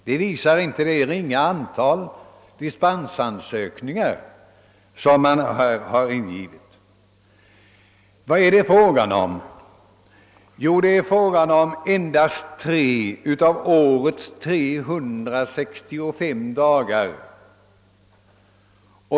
Det visar det ringa antal dispensansökningar som har ingivits. Och det är ju endast fråga om tre av årets 365 dagar.